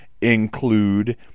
include